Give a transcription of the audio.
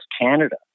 Canada